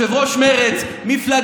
מורשת מרצ.